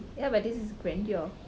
ya but this is grandeur